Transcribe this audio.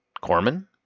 Corman